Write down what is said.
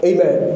Amen